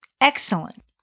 Excellent